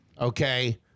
okay